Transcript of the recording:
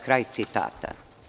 Kraj citata.